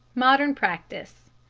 modern practice.